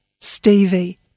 Stevie